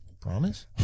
Promise